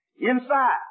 inside